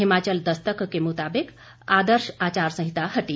हिमाचल दस्तक के मुताबिक आदर्श आचार संहिता हटी